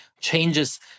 changes